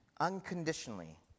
unconditionally